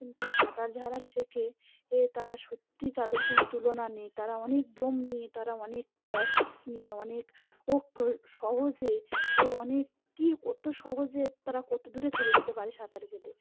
কিন্তু সাঁতার যারা শেখে এ তারা সত্যি তাদের কোনো তুলনা নেই তারা অনেক দম নিয়ে তারা অনেক প্র্যাক্টিস নিয়ে অনেক ও সহজে এ অনেক কী কত সহজে তারা কত দূরে চলে যেতে পারে সাঁতার কেটে